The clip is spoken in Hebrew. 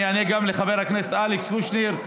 גם אענה לחבר הכנסת אלכס קושניר,